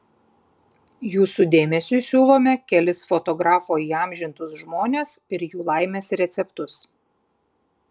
jūsų dėmesiui siūlome kelis fotografo įamžintus žmones ir jų laimės receptus